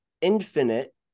Infinite